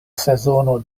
sezono